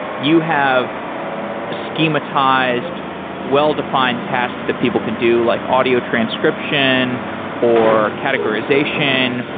you have so schematized well-defined tasks that people can do, like audio transcription or categorization,